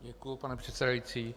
Děkuji, pane předsedající.